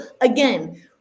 again